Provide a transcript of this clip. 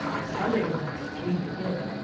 sunday, was like sleep in.